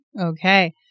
Okay